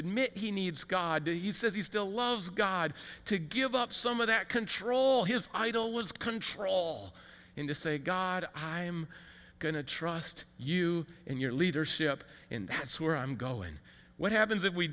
admit he needs god he says he still loves god to give up some of that control his idol was control all in the say god i am going to trust you and your leadership and that's where i'm going what happens if we